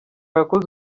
yakoze